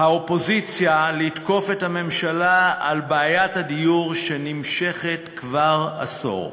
האופוזיציה לתקוף את הממשלה על בעיית הדיור שנמשכת כבר עשור.